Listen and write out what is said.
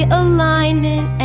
alignment